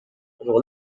roll